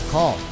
Call